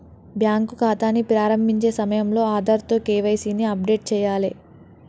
bank ఖాతాని ప్రారంభించే సమయంలో ఆధార్తో కేవైసీ ని అప్డేట్ చేయాలే